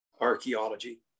archaeology